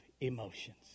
emotions